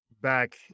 back